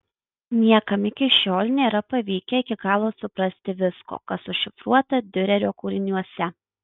niekam iki šiol nėra pavykę iki galo suprasti visko kas užšifruota diurerio kūriniuose